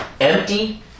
empty